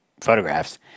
photographs